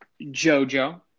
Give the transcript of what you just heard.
JoJo